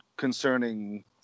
concerning